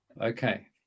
Okay